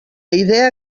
idea